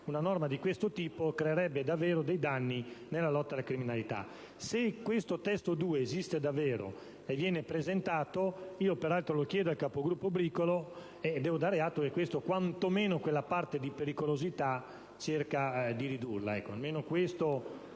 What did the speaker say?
una norma di questo tipo creerebbe davvero dei danni nella lotta alla criminalità), se questo testo 2 esiste davvero e viene presentato - e lo chiedo al presidente Bricolo - dovrei dare atto che quanto meno quella parte di pericolosità si cerca di ridurla.